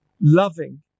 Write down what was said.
loving